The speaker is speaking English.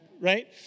Right